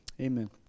Amen